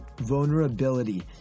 Vulnerability